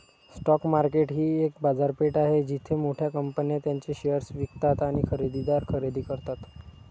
stock market ही एक बाजारपेठ आहे जिथे मोठ्या कंपन्या त्यांचे शेअर्स विकतात आणि खरेदीदार खरेदी करतात